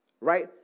right